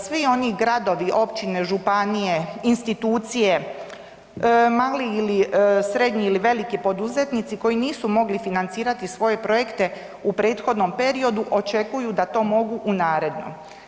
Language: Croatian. Svi oni gradovi, općine, županije, institucije, mali ili srednji ili veliki poduzetnici koji nisu mogli financirati svoje projekte u prethodnom periodu, očekuju da to mogu u narednom.